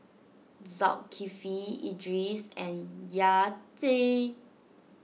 Zulkifli Idris and Yati